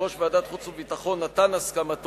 יושב-ראש ועדת החוץ והביטחון נתן את הסכמתו